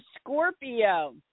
Scorpio